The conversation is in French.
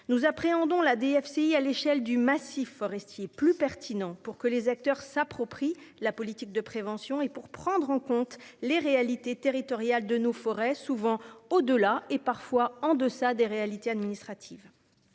Nous appréhendons la DFCI à l'échelle du massif forestier, plus pertinente pour que les acteurs s'approprient la politique de prévention en tenant compte des réalités territoriales de nos forêts, au-delà- et parfois en deçà -des limites administratives.